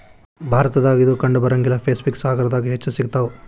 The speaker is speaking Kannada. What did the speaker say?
ಭಾರತದಾಗ ಇದು ಕಂಡಬರಂಗಿಲ್ಲಾ ಪೆಸಿಫಿಕ್ ಸಾಗರದಾಗ ಹೆಚ್ಚ ಸಿಗತಾವ